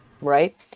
Right